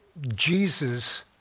Jesus